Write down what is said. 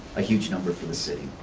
a huge number for the city.